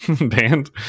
banned